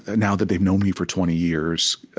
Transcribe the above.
and now that they've known me for twenty years,